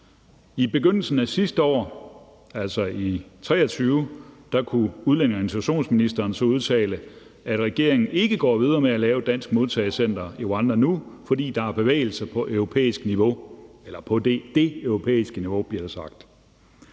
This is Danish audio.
I begyndelsen af sidste år, altså i 2023, kunne udlændinge- og integrationsministeren så udtale, at regeringen ikke går videre med at lave et dansk modtagecenter i Rwanda nu, fordi der er bevægelser på det europæiske niveau,